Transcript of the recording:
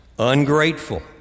ungrateful